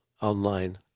online